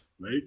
right